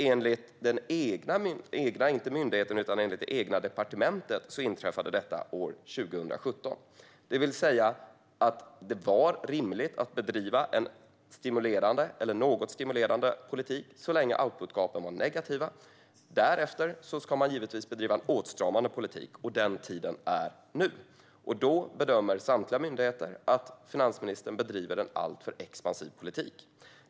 Enligt det egna departementet inträffade den år 2017. Det var rimligt att bedriva en stimulerande eller något stimulerande politik så länge outputgapen var negativa. Därefter ska man givetvis bedriva en åtstramande politik, och den tiden är nu. Men samtliga myndigheter bedömer att finansministern bedriver en alltför expansiv politik.